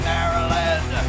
Maryland